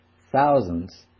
Thousands